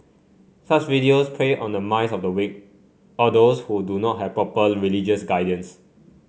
such videos prey on the minds of the weak or those who do not have proper religious guidance